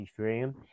Ethereum